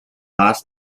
last